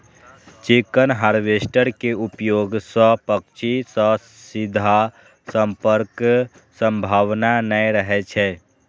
chicken harvester के उपयोग सं पक्षी सं सीधा संपर्कक संभावना नै रहै छै